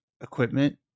equipment